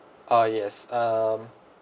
ah yes um